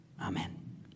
Amen